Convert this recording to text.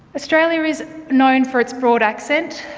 australia is known for its broad accent,